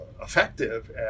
effective